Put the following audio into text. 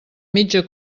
mitja